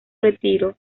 retiro